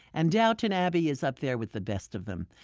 and downton abbey is up there with the best of them.